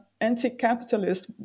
anti-capitalist